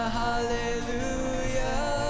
hallelujah